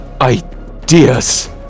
ideas